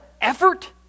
effort